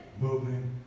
Moving